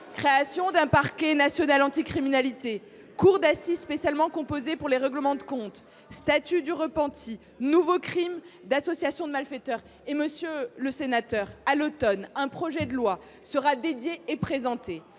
création d’un parquet national anticriminalité, cour d’assises spécialement composée pour les règlements de compte, statut du repenti, nouveau crime d’association de malfaiteurs. Monsieur le sénateur, à l’automne prochain, un projet de loi spécifique sera présenté.